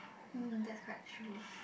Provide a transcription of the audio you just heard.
mm that's quite true